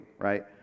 right